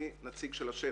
אני נציג של השטח.